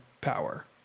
power